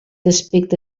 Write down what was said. aspecte